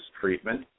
treatment